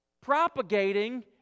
propagating